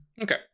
Okay